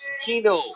Kino